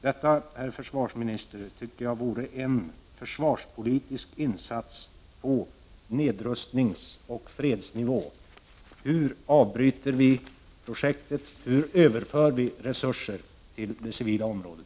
Detta, herr försvarsminister, tycker jag vore en försvarspolitisk insats i enlighet med nedrustningsoch fredslinjen. Hur avbryter vi projektet? Hur överför vi resurser till det civila området?